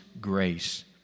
grace